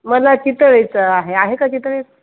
मला चितळेचं आहे आहे का चितळेचं